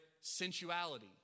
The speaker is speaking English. sensuality